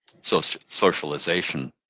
socialization